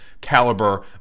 caliber